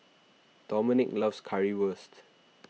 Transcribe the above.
Dominque loves Currywurst